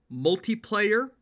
Multiplayer